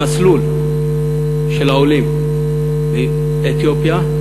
המסלול של העולים מאתיופיה,